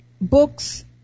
books